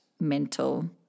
Mental